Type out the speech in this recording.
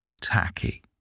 tacky